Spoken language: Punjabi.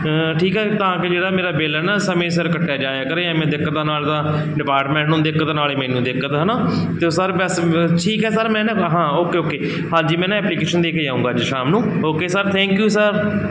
ਠੀਕ ਹੈ ਤਾਂ ਕਿ ਜਿਹੜਾ ਮੇਰਾ ਬਿੱਲ ਹੈ ਨਾ ਸਮੇਂ ਸਿਰ ਕੱਟਿਆ ਜਾਇਆ ਕਰੇ ਐਵੇਂ ਦਿੱਕਤਾਂ ਨਾਲ ਤਾਂ ਡਿਪਾਰਟਮੈਂਟ ਨੂੰ ਦਿੱਕਤ ਨਾਲੇ ਮੈਨੂੰ ਦਿੱਕਤ ਹੈ ਨਾ ਅਤੇ ਸਰ ਬਸ ਠੀਕ ਹੈ ਸਰ ਮੈਂ ਨਾ ਹਾਂ ਓਕੇ ਓਕੇ ਹਾਂਜੀ ਮੈਂ ਨਾ ਐਪਲੀਕੇਸ਼ਨ ਦੇ ਕੇ ਜਾਉਂਗਾ ਅੱਜ ਸ਼ਾਮ ਨੂੰ okay sir thank you sir